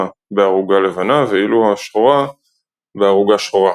בערוגה לבנה ואילו השחורה בערוגה שחורה.